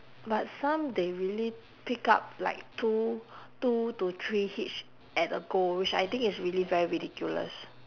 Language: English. but some they really pick up like two two to three hitch at a go which I think is really very ridiculous